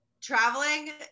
traveling